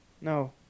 No